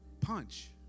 punch